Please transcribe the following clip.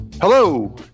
Hello